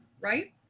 right